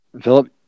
Philip